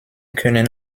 können